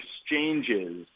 exchanges